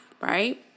right